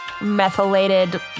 Methylated